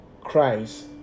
cries